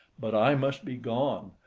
but i must be gone,